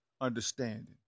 understanding